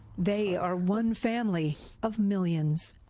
they are one family of millions.